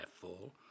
full